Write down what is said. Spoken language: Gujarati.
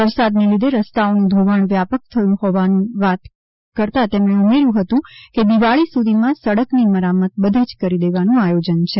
વરસાદને લીધે રસ્તાઓ નું ધોવાણ વ્યાપક થયું હોવાની વાત કરતાં તેમણે ઉમેર્થું હતી કે દિવાળી સુધીમાં સડકની મરમ્મત બધે જ કરી દેવાનું આયોજન છે